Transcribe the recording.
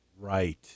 Right